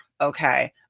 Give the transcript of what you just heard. Okay